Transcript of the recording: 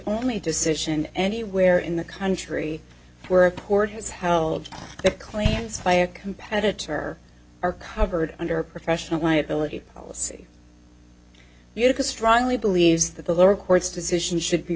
only decision anywhere in the country where a port has held the claims by a competitor or are covered under professional liability policy you can strongly believes that the lower court's decision should be